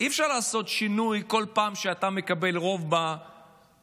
אי-אפשר לעשות שינוי בכל פעם שאתה מקבל רוב בפרלמנט,